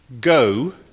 go